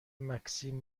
مکسیم